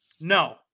No